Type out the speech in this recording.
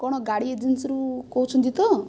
କ'ଣ ଗାଡ଼ି ଏଜେନ୍ସିରୁ କହୁଛନ୍ତି ତ